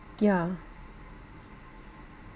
yeah